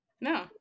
No